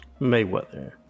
Mayweather